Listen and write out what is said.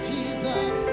Jesus